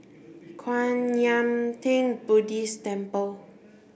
Kwan Yam Theng Buddhist Temple